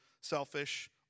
selfish